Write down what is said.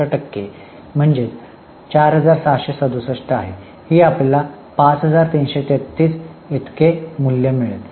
67 टक्के आहे 4667 आहे की आपल्याला 5333 यादीचे मूल्य मिळेल